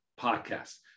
Podcast